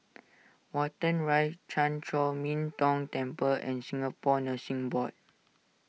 Watten Rise Chan Chor Min Tong Temple and Singapore Nursing Board